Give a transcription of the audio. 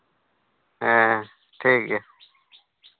ᱦᱮᱸ ᱴᱷᱤᱠ ᱜᱮᱭᱟ